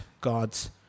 God's